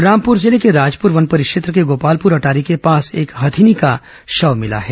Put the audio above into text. बलरामपुर जिले के राजपुर वन परिक्षेत्र के गोपालपुर अटारी के पास एक हथिनी का शव मिला है